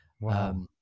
Wow